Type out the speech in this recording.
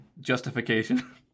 justification